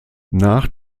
nach